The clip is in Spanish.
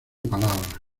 palabras